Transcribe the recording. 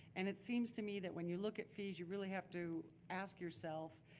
and it seems to me that when you look at fees, you really have to ask yourself,